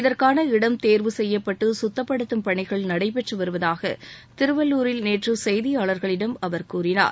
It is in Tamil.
இதற்கான இடம் தேர்வு செய்யப்பட்டு சுத்தப்படுத்தும் பணிகள் நடைபெற்று வருவதாக திருவள்ளூரில் நேற்று செய்தியாளர்களிடம் அவர் கூறினார்